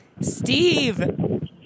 Steve